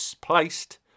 placed